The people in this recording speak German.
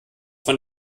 von